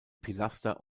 pilaster